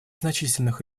значительных